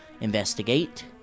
investigate